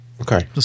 Okay